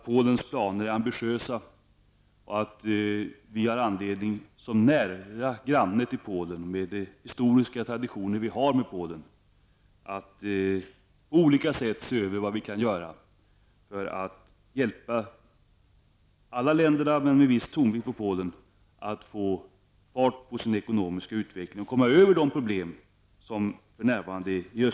Polens planer är ambitiösa, och vi har anledning att som nära granne till Polen och med hänsyn till de historiska traditioner vi har i förhållande till Polen, på olika sätt se över vad vi kan göra för att hjälpa landet att få fart på sin ekonomiska utveckling.